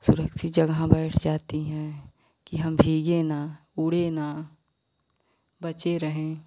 सुरक्षित जगह बैठ जाती हैं कि हम भीगे न उड़े न बचे रहें